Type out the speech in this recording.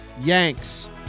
Yanks